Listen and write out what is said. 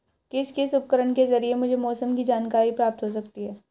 किस किस उपकरण के ज़रिए मुझे मौसम की जानकारी प्राप्त हो सकती है?